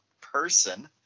person